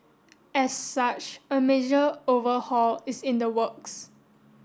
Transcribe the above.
as such a major overhaul is in the works